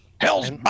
hell's